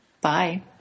Bye